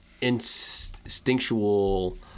instinctual